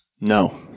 No